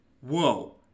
whoa